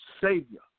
Savior